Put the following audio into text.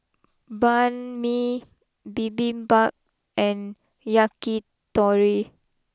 Banh Mi Bibimbap and Yakitori